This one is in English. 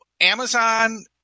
Amazon